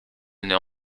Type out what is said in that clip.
n’est